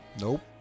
Nope